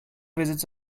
visits